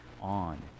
on